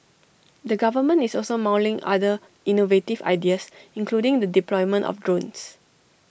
the government is also mulling other innovative ideas including the deployment of drones